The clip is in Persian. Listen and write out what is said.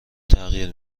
تغییر